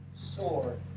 sword